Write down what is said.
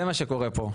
זה מה שקורה כאן.